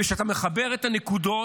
וכשאתה מחבר את הנקודות,